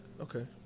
okay